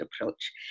approach